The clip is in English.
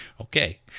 Okay